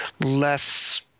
less